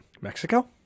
mexico